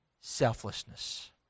selflessness